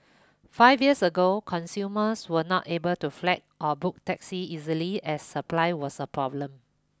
five years ago consumers were not able to flag or book taxis easily as supply was a problem